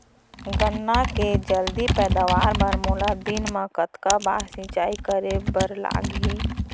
गन्ना के जलदी पैदावार बर, मोला दिन मा कतका बार सिंचाई करे बर लागही?